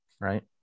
right